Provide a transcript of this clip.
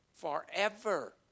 Forever